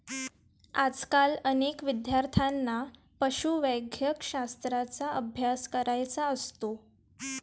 आजकाल अनेक विद्यार्थ्यांना पशुवैद्यकशास्त्राचा अभ्यास करायचा असतो